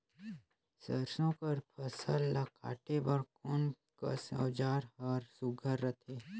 सरसो कर फसल ला काटे बर कोन कस औजार हर सुघ्घर रथे?